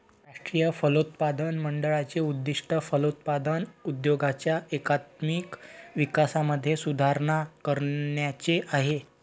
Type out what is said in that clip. राष्ट्रीय फलोत्पादन मंडळाचे उद्दिष्ट फलोत्पादन उद्योगाच्या एकात्मिक विकासामध्ये सुधारणा करण्याचे आहे